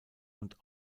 und